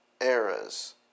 eras